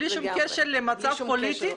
בלי שום קשר למצב פוליטי.